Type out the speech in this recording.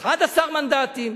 11 מנדטים.